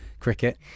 Cricket